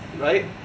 Right